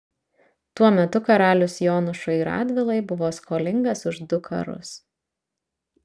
tuo metu karalius jonušui radvilai buvo skolingas už du karus